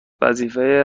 وظیفه